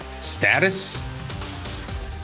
status